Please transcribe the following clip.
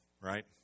Right